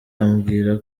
ambwira